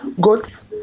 goats